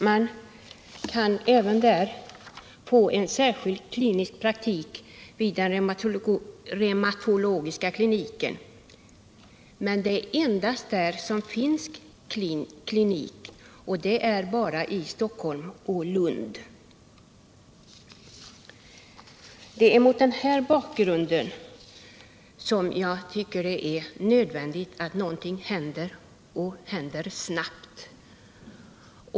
Man kan även där få en särskild klinisk praktik vid reumatologisk klinik, men endast där det finns klinik — och det är f.n. bara i Stockholm och Lund. Det är mot den här bakgrunden som jag tycker att det är nödvändigt att någonting händer och händer snabbt.